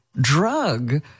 drug